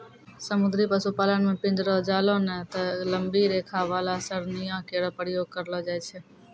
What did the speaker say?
समुद्री पशुपालन म पिंजरो, जालों नै त लंबी रेखा वाला सरणियों केरो प्रयोग करलो जाय छै